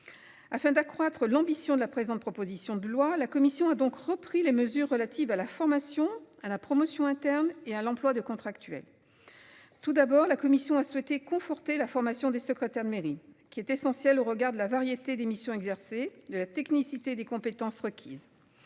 Afin d'accroître l'ambition de la présente, proposition de loi, la commission a donc repris les mesures relatives à la formation à la promotion interne et à l'emploi de contractuels. Tout d'abord, la Commission a souhaité conforter la formation des secrétaires de mairie qui est essentielle au regard de la variété des missions exercées de la technicité des compétences requises.